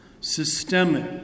systemic